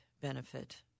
benefit